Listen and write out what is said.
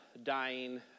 dying